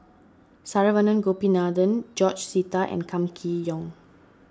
Saravanan Gopinathan George Sita and Kam Kee Yong